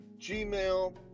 Gmail